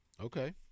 Okay